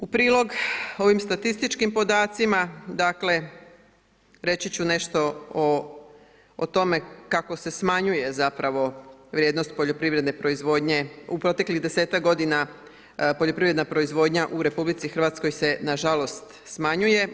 U prilog ovim statističkim podacima, dakle reći ću nešto o tome kako se smanjuje zapravo vrijednost poljoprivredne proizvodnje u proteklih 10-ak godina poljoprivredna proizvodnja u RH se nažalost smanjuje.